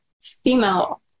female